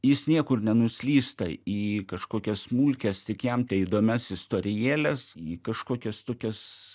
jis niekur nenuslysta į kažkokias smulkias tik jam teįdomias istorijėles į kažkokias tokias